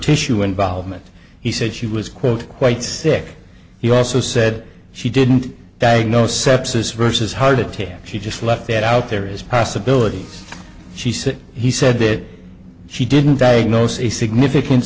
tissue involvement he said she was quote quite sick he also said she didn't diagnose sepsis vs heart attack she just left that out there is possibility she said he said that she didn't diagnose a significant